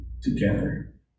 together